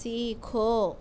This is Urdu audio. سیکھو